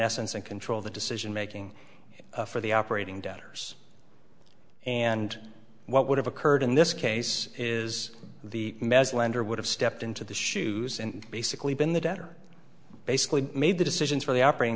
essence and control the decision making for the operating doubters and what would have occurred in this case is the mess lender would have stepped into the shoes and basically been the debtor basically made the decisions for the operating